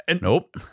Nope